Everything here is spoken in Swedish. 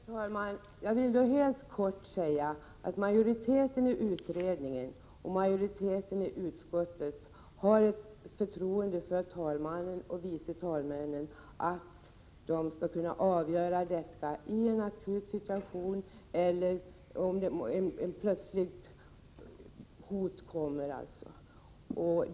Fru talman! Jag vill då helt kort säga att majoriteten i utredningen och majoriteten i utskottet har ett sådant förtroende för talmannen och vice talmännen att vi anser att de skall kunna avgöra detta i en akut situation — eller vid ett plötsligt hot.